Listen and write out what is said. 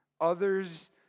Others